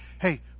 hey